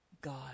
God